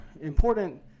important